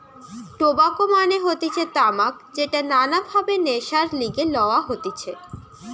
tobacco মানে হতিছে তামাক যেটা নানান ভাবে নেশার লিগে লওয়া হতিছে